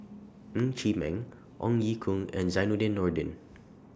Ng Chee Meng Ong Ye Kung and Zainudin Nordin